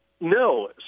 no